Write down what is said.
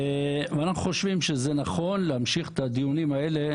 אנחנו חושבים שזה נכון להמשיך את הדיונים האלה